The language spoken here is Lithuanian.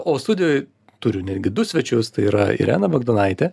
o studijoj turiu netgi du svečius tai yra irena bagdonaitė